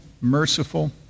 merciful